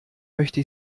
möchte